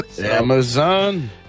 Amazon